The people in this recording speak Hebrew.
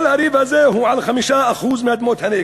כל הריב הזה הוא על 5% מאדמות הנגב,